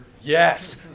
Yes